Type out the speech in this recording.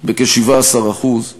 בכ-17%;